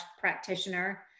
practitioner